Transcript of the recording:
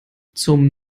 zum